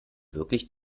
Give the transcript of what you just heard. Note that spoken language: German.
wirklich